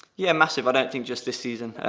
yeah massive. i don't think just this season,